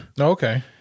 Okay